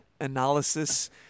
analysis